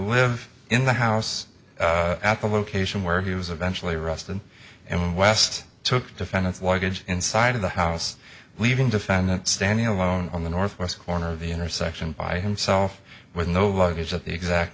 live in the house at the location where he was eventual a reston and west took defendant's luggage inside of the house leaving defendant standing alone on the northwest corner of the intersection by himself with no luggage at the exact